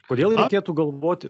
kodėl reikėtų galvoti